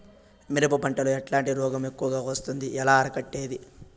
మిరప పంట లో ఎట్లాంటి రోగం ఎక్కువగా వస్తుంది? ఎలా అరికట్టేది?